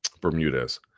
Bermudez